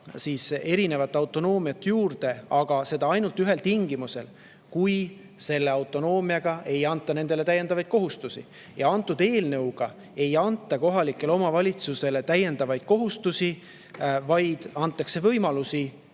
erinevat autonoomiat juurde saada, aga seda ainult ühel tingimusel. Selle autonoomiaga ei tohiks neile täiendavaid kohustusi anda. Ja antud eelnõuga ei anta kohalikele omavalitsustele täiendavaid kohustusi, vaid antakse võimalusi.